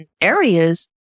areas